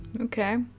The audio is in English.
Okay